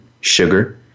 sugar